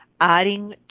adding